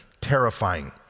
terrifying